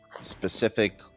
specific